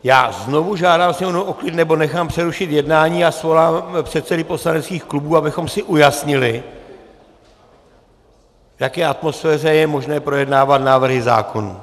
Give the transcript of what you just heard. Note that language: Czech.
Já znovu žádám sněmovnu o klid, nebo nechám přerušit jednání a svolám předsedy poslaneckých klubů, abychom si ujasnili... a posléze je možné projednávat návrhy zákonů.